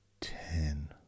Ten